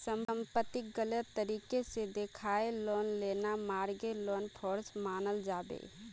संपत्तिक गलत तरीके से दखाएँ लोन लेना मर्गागे लोन फ्रॉड मनाल जाबे